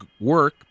work